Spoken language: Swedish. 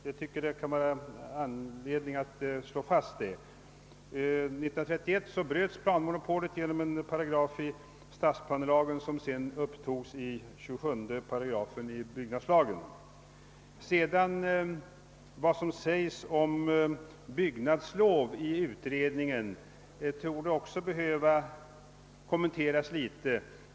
Jag tycker att det kan vara anledning att slå fast den saken. År 1931 bröts planmonopolet genom en paragraf i stadsplanelagen som sedan upptogs i 27 8 byggnadslagen. Vad som sägs i utredningen beträffande byggnadslov torde också behöva kommenteras något.